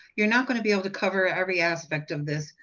you're not going to be able to cover every aspect of this,